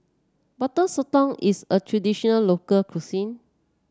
Butter Sotong is a traditional local cuisine